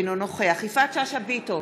אינו נוכח יפעת שאשא ביטון,